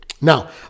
Now